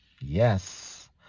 Yes